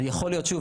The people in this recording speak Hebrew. אז יכול להיות שוב,